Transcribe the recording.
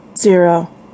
Zero